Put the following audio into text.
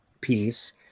piece